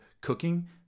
Cooking